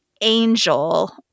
Angel